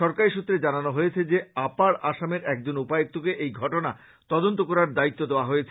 সরকারী সূত্রে জানানো হয়েছে যে আপার আসামের একজন উপায়ুক্তকে এই ঘটনা তদন্ত করার দ্বায়িত্ব দেওয়া হয়েছে